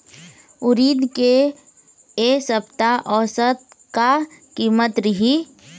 उरीद के ए सप्ता औसत का कीमत रिही?